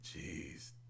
Jeez